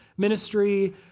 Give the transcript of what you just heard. ministry